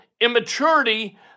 immaturity